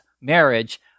marriage